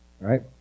right